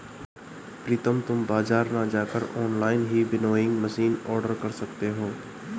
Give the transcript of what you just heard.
प्रितम तुम बाजार ना जाकर ऑनलाइन ही विनोइंग मशीन ऑर्डर कर सकते हो